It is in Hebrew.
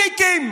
כלומניקים.